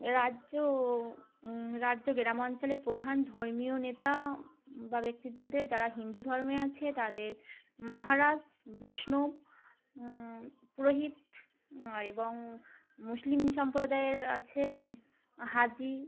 রাজ্য রাজ্য গ্রামাঞ্চলের প্রধান ধর্মীয় নেতা বা ব্যক্তিত্বদের যারা হিন্দু ধর্মে আছে তাদের মহারাজ বৈষ্ণব পুরোহিত এবং মুসলিম সম্প্রদায়ের আছে হাজি